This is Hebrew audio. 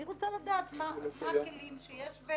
אני רוצה לדעת מה הכלים שיש,